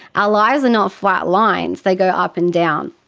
our lives are not flat lines, they go up and down.